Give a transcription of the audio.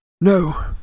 No